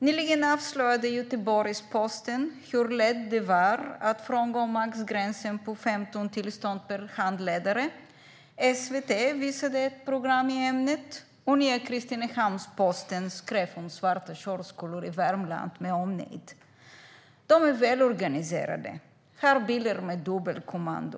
Nyligen avslöjade Göteborgs-Posten hur lätt det är att frångå maxgränsen på 15 tillstånd per handledare. SVT visade ett program i ämnet. Och Nya Kristinehamns-Posten skrev om svarta körskolor i Värmland med omnejd. Olagliga körskolor är välorganiserade och har bilar med dubbelkommando.